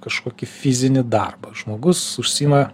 kažkokį fizinį darbą žmogus užsiima